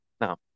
Now